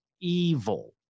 evil